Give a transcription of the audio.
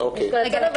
נשקול אצלנו,